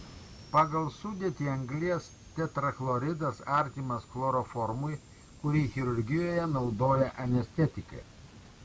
pagal sudėtį anglies tetrachloridas artimas chloroformui kurį chirurgijoje naudoja anestetikai